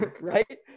right